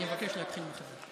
אני מבקש להתחיל מחדש.